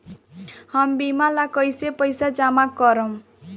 हम बीमा ला कईसे पईसा जमा करम?